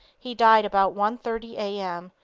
he died about one thirty a m,